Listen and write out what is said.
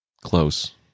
Close